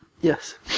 Yes